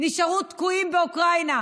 נשארו תקועים באוקראינה,